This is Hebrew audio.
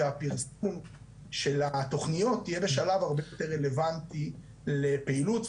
והפרסום של התכניות יהיה בשלב הרבה יותר רלוונטי לפעילות.